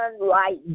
right